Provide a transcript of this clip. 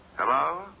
Hello